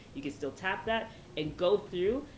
you can still tap that and go through,